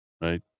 right